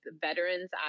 veterans